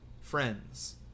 Friends